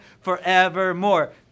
forevermore